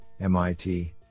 MIT